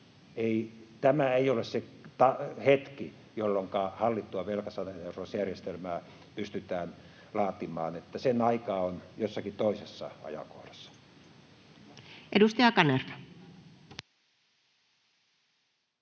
tämä ei ole se hetki, jolloin hallittua velkasaneerausjärjestelmää pystytään laatimaan. Sen aika on jossakin toisessa ajankohdassa. [Speech